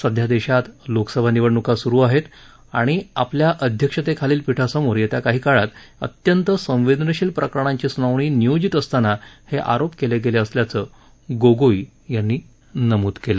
सध्या देशात लोकसभा निवडणुका सुरु आहेत आणि आपल्या अध्यक्षतेखालील पीठासमोर येत्या काळात अत्यंत संवेदनशील प्रकरणांची सुनावणी नियोजित असताना हे आरोप केले गेले असल्याचं गोगोई यांनी नमूद केलं